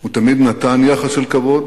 הוא תמיד נתן יחס של כבוד